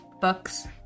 Books